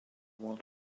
world